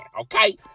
okay